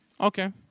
Okay